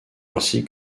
ainsi